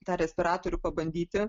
tą respiratorių pabandyti